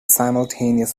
simultaneous